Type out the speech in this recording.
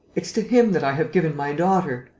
it's to him that i have given my daughter!